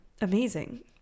Amazing